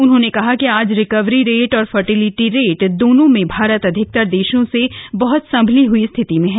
उन्होंने कहा कि आज रिकवरी रेट और फर्टिलिटी रेट दोनों में भारत अधिकतर देशों से बहत संभली हई स्थिति में है